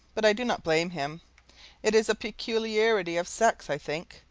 but i do not blame him it is a peculiarity of sex, i think,